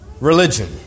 religion